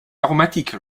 aromatique